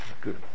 Good